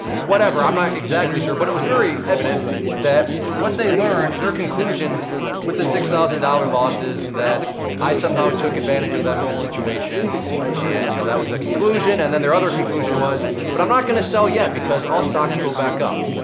whatever, i'm not exactly sure, but it was very evident that what they learned, their conclusion with the six thousand dollars loss was that i somehow took advantage of them in the situation and you know that was their conclusion. and then their other conclusion was, but i'm not gonna sell yet because all stocks go back up.